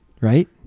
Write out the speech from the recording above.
Right